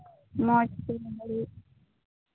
ᱚᱱᱟ ᱛᱤᱱ ᱜᱷᱟᱹᱲᱤᱡᱽ